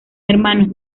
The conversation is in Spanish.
hermanos